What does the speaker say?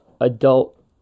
adult